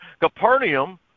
Capernaum